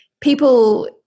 people